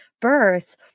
birth